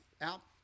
out